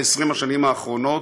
ב-20 השנים האחרונות,